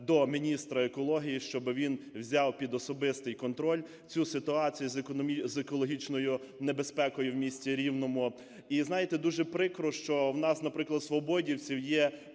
до міністра екології, щоб він взяв під особистий контроль цю ситуацію з екологічною небезпекою в місті Рівному. І, знаєте, дуже прикро, що у нас, наприклад, свободівців, є